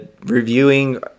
reviewing